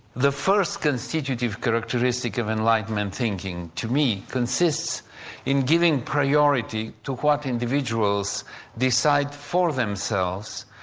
the first constitutive characteristic of enlightenment thinking to me consists in giving priority to what individuals decide for themselves,